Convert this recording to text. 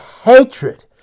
hatred